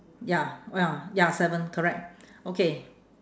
ya ya ya seven correct okay